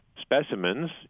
specimens